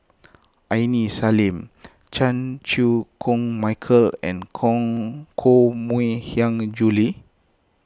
Aini Salim Chan Chew Koon Michael and Koh Mui Hiang Julie